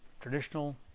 traditional